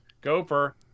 Gopher